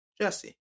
Jesse